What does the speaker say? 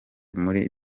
muri